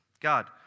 God